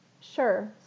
sure